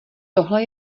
tohle